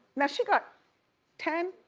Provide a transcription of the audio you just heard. now she got ten.